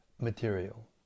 material